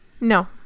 No